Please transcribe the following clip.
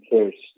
first